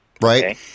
right